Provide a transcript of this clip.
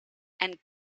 and